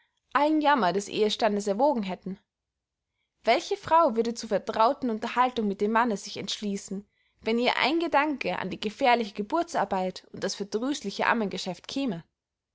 allen jammer des ehestandes erwogen hätte welche frau würde zur vertrauten unterhaltung mit dem manne sich entschließen wenn ihr ein gedanke an die gefährliche geburtsarbeit und das verdrüßliche ammengeschäft käme